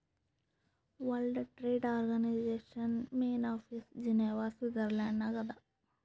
world Trade Organization main office Geneva Switzerland ನಾಗ್ ಅದಾ